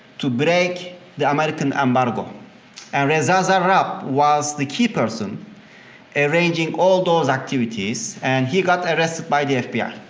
to break the american embargo and reza zarrab was the key person arranging all those activities and he got arrested by the fbi.